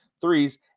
threes